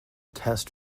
test